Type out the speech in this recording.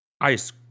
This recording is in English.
ice